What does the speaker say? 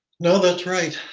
no, that's right.